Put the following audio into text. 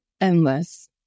endless